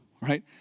right